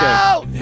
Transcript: out